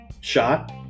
shot